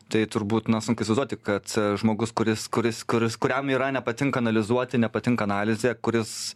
tai turbūt na sunku įsivaizduoti kad žmogus kuris kuris kuris kuriam yra nepatinka analizuoti nepatinka analizė kuris